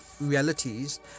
realities